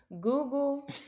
Google